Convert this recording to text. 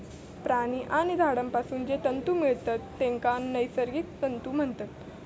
प्राणी आणि झाडांपासून जे तंतु मिळतत तेंका नैसर्गिक तंतु म्हणतत